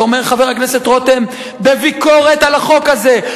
אומר חבר הכנסת רותם בביקורת על החוק הזה.